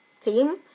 theme